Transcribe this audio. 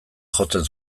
jotzen